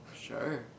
Sure